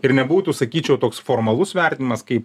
ir nebūtų sakyčiau toks formalus vertinimas kaip